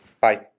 Bye